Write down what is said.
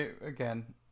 again